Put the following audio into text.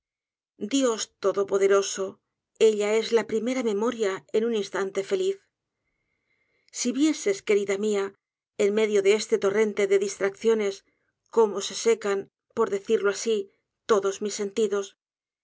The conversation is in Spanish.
dios todopoderoso ella es la primera memoria de un instante feliz si vieses querida mia en medio de este torréate de distracciones cómo se secan por decirlo asi todos mis sentidos